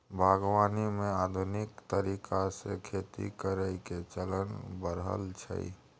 बागवानी मे आधुनिक तरीका से खेती करइ के चलन बढ़ल छइ